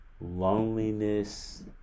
loneliness